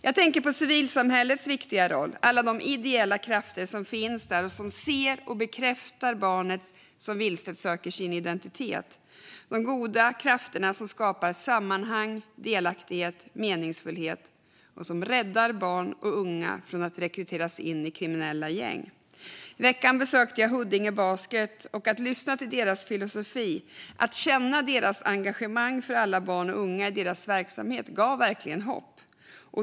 Jag tänker på civilsamhällets viktiga roll, på alla ideella krafter som finns där och som ser och bekräftar barnet som vilset söker sin identitet. De är goda krafter som skapar sammanhang, delaktighet och meningsfullhet och som räddar barn och unga från att rekryteras in i kriminella gäng. I veckan besökte jag Huddinge Basket. Att lyssna till deras filosofi, känna deras engagemang för alla barn och unga i deras verksamhet gav verkligen hopp.